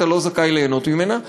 אתה לא זכאי ליהנות ממנה.